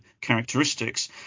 characteristics